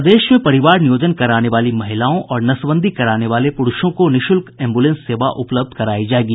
प्रदेश में परिवार नियोजन कराने वाली महिलाओं और नसबंदी कराने वाले पुरूषों को निःशुल्क एम्ब्रलेंस सेवा उपलब्ध करायी जायेगी